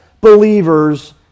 believers